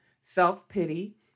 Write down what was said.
self-pity